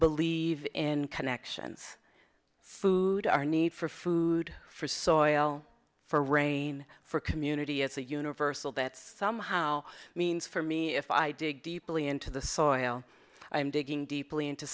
believe in connexions food our need for food for soil for rain for community is a universal that somehow means for me if i dig deeply into the soil i am digging deeply into